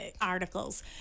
articles